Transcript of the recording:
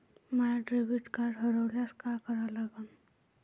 माय debit card हरोल्यास काय करा लागन?